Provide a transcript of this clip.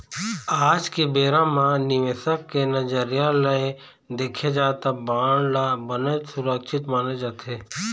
आज के बेरा म निवेसक के नजरिया ले देखे जाय त बांड ल बनेच सुरक्छित माने जाथे